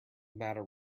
matter